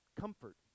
comfort